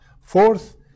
Fourth